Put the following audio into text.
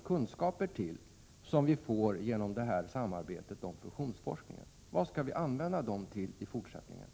1987/88:119 använda de kunskaper till som vi får genom samarbetet kring fusionsforsk 11 maj 1988 ningen? Högre utbildning och